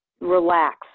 relax